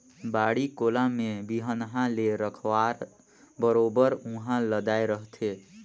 बाड़ी कोला में बिहन्हा ले रखवार बरोबर उहां लदाय रहथे